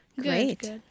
Great